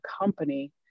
company